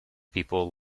people